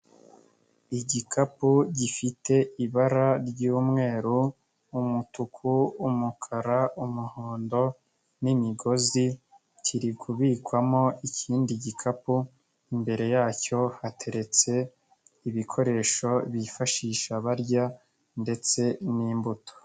Igikapu gifite ibara ry'umweru, umutuku, umukara, umuhondo n'imigozi kirikubikwamo ikindi gikapu, imbere yacyo hateretse ibikoresho bifashisha barya ndetse n'imbuto.